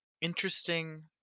interesting